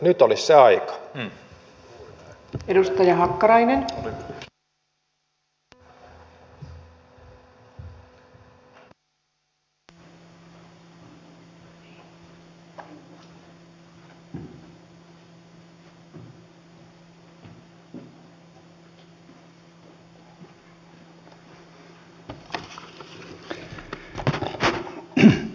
nyt olisi se aika